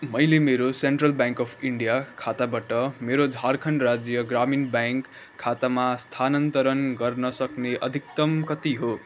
मैले मेरो Central Bank of India खाताबाट मेरो झारखण्ड राज्य ग्रामिण ब्याङ्क खातामा स्थानान्तरण गर्न सक्ने अधिकतम कति हो